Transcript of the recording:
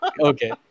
Okay